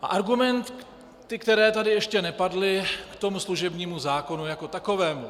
Argumenty, které tady ještě nepadly k tomu služebnímu zákonu jako takovému.